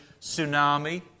tsunami